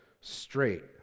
straight